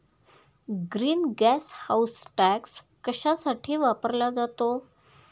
Green gas house tax कशासाठी वापरला जातो?